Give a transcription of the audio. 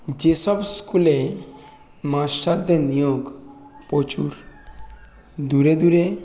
যেসব স্কুলে মাস্টারদের নিয়োগ প্রচুর দূরে দূরে